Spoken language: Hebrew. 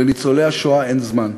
לניצולי השואה אין זמן.